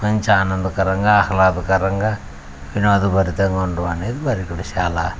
మంచి ఆనందకరంగా ఆహ్లాదకరంగా వినోదభరితంగా ఉండటం అనేది మరి విశాల